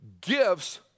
Gifts